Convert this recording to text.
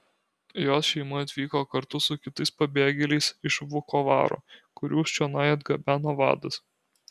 jos šeima atvyko kartu su kitais pabėgėliais iš vukovaro kuriuos čionai atgabeno vadas